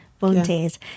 volunteers